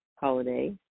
Holiday